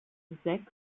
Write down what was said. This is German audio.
sechs